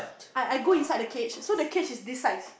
I I go inside the cage so the cage is this size